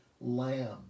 lamb